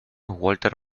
walter